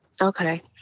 okay